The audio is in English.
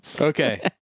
Okay